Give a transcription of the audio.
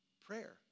prayer